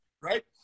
right